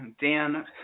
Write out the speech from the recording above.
Dan